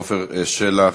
עפר שלח.